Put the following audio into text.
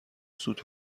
سوت